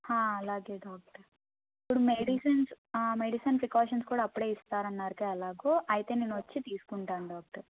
అలాగే డాక్టర్ ఇప్పుడు medicines medicines precautions కూడా అప్పుడే ఇస్తా అన్నారు ఎలాగో అయితే నేను వచ్చి తీసుకుంటాను డాక్టర్